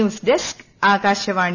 news desk Akashvani